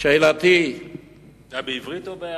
שאלתי, זה היה בעברית או בערבית?